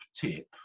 tip